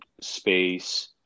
space